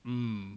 mm